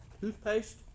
toothpaste